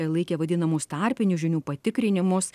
laikė vadinamus tarpinių žinių patikrinimus